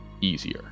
easier